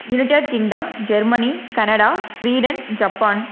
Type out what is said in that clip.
United Kingdom Germany Canada Sweden Japan